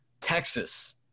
Texas